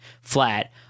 flat